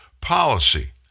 policy